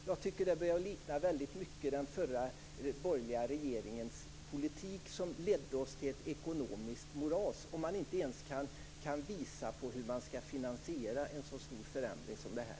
Jag tycker att det väldigt mycket börjar likna den förra borgerliga regeringens politik, som ledde oss till ett ekonomiskt moras, om man inte ens kan visa hur man skall finansiera en så stor förändring som den här.